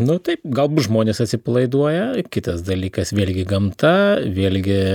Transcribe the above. nu taip galbūt žmonės atsipalaiduoja kitas dalykas vėlgi gamta vėlgi